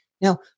Now